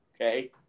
Okay